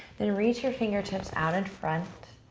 then reach your fingertips out in front.